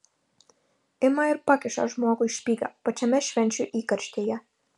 ima ir pakiša žmogui špygą pačiame švenčių įkarštyje